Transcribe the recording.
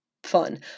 Fun